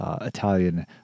italian